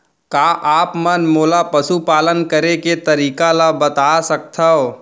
का आप मन मोला पशुपालन करे के तरीका ल बता सकथव?